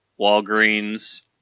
Walgreens